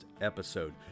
episode